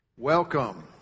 Welcome